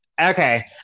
Okay